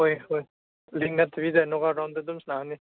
ꯍꯣꯏ ꯍꯣꯏ ꯂꯤꯛ ꯅꯠꯇꯕꯤꯗ ꯅꯣꯛ ꯑꯥꯎꯠ ꯔꯥꯎꯟꯗ ꯑꯗꯨꯝ ꯁꯥꯟꯅꯒꯅꯤ